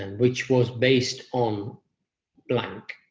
and which was based on blank,